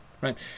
right